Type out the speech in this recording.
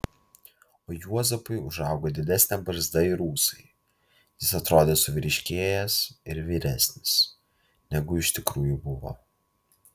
o juozapui užaugo didesnė barzda ir ūsai jis atrodė suvyriškėjęs ir vyresnis negu iš tikrųjų buvo